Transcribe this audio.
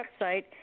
website